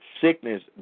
sickness